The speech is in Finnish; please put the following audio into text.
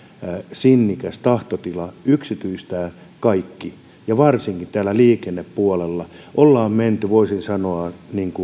sinnikäs tahtotila yksityistää kaikki varsinkin täällä liikennepuolelle ollaan menty voisin sanoa